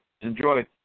Enjoy